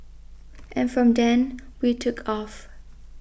and from then we took off